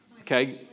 Okay